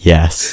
Yes